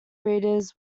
readers